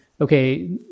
okay